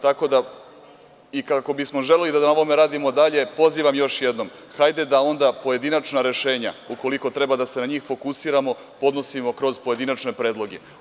Tako da kako bi želeli da radimo dalje, pozivam još jednom, hajde da onda pojedinačna rešenja ukoliko treba na njih da se fokusiramo podnosimo kroz pojedinačne predloge.